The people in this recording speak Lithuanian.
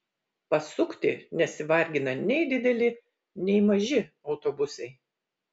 pasukti nesivargina nei dideli nei maži autobusai